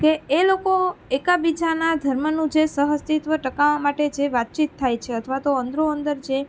કે એ લોકો એકબીજાના ધર્મનું જે સહઅસ્તિત્વ ટકાવવા માટે જે વાતચીત થાય છે અથવા તો અંદરો અંદર જે